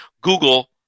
Google